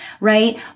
right